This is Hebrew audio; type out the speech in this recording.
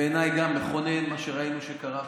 בעיניי, גם מכונן, מה שראינו שקרה פה.